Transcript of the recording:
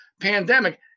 pandemic